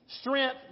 strength